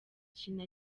kintu